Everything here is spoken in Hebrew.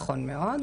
נכון מאוד.